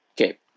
Okay